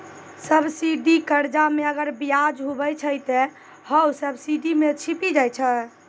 subsidy कर्जा मे अगर बियाज हुवै छै ते हौ सब्सिडी मे छिपी जाय छै